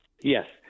Yes